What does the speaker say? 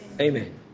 Amen